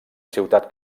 ciutat